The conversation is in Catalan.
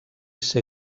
ser